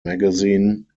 magazine